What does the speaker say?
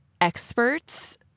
experts